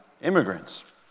immigrants